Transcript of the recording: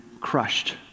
crushed